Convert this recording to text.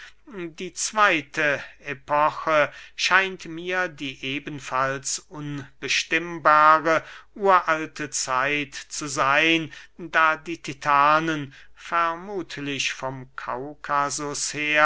die zweyte epoche scheint mir die ebenfalls unbestimmbare uralte zeit zu seyn da die titanen vermuthlich vom kaukasus